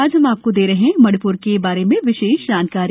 आज हम आपको दे रहे हैं मणिपुर के बारे में विशेष जानकारी